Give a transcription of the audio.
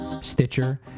Stitcher